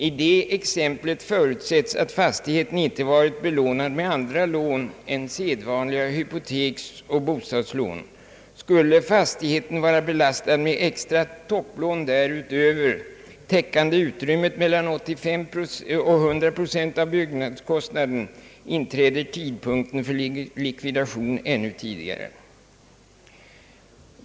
I det exemplet förutsättes att fastigheten inte varit belånad med andra lån än sedvanliga hypoteksoch bostadslån. Skulle fastigheten vara belastad med extra topplån därutöver, täc kande utrymmet mellan 85 och 100 procent av byggnadskostnaden, inträder tidpunkten för likvidation ännu tidigare.